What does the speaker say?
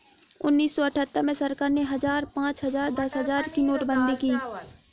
उन्नीस सौ अठहत्तर में सरकार ने हजार, पांच हजार, दस हजार की नोटबंदी की